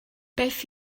beth